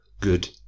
good